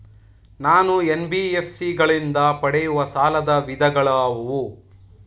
ನಾನು ಎನ್.ಬಿ.ಎಫ್.ಸಿ ಗಳಿಂದ ಪಡೆಯುವ ಸಾಲದ ವಿಧಗಳಾವುವು?